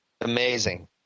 Amazing